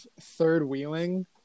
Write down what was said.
third-wheeling